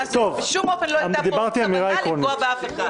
בשום אופן לא הייתה פה כוונה לפגוע באף אחד.